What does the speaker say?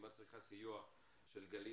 אם את צריכה סיוע של גלית,